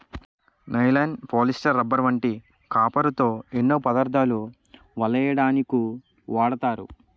nylon, polyester, rubber వంటి కాపరుతో ఎన్నో పదార్ధాలు వలెయ్యడానికు వాడతారు